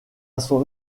son